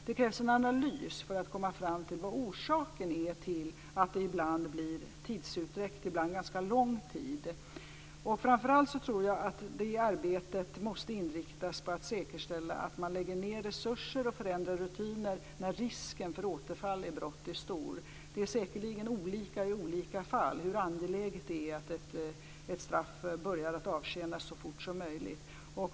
Det krävs en anlys för att komma fram till vad orsaken är till att det ibland blir tidsutdräkt, ibland en ganska lång sådan. Framför allt tror jag att detta arbete måste inriktas på att säkerställa att man lägger ned resurser och förändrar rutiner när risken för återfall i brott är stor. Det är säkerligen olika i olika fall hur angeläget det är att ett straff börjar att avtjänas så fort som möjligt.